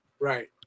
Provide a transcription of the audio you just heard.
Right